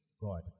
God